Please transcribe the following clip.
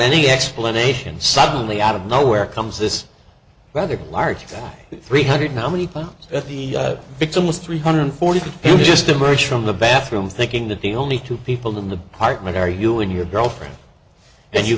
any explanation suddenly out of nowhere comes this rather large three hundred now many pounds at the victims three hundred forty three people just emerge from the bathroom thinking that the only two people in the apartment are you and your girlfriend then you